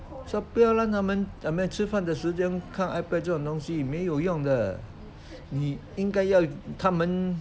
so 不要让他们 I mean 吃饭的时间看 ipad 这种东西没有用的你应该要他们